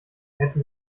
hätte